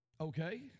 Okay